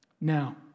Now